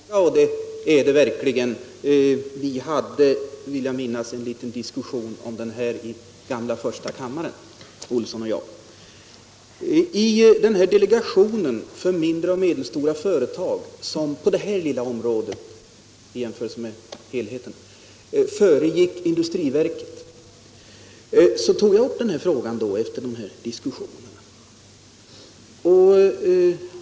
Herr talman! Herr Olsson i Järvsö sade att det här är en gammal fråga, och det är det verkligen. Herr Olsson och jag hade, vill jag minnas, en liten diskussion om den i gamla riksdagens första kammare. I delegationen för mindre och medelstora företag, som på detta begränsade område föregick industriverket, tog jag upp denna fråga efter den här diskussionen.